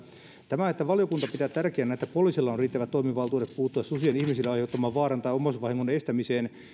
tämä että valiokunta pitää tärkeänä että poliisilla on riittävät toimivaltuudet puuttua susien ihmisille aiheuttaman vaaran tai omaisuusvahingon estämiseen